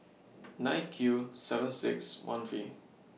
nine Q seven six one V